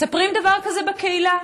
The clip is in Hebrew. מספרים דבר כזה בקהילה?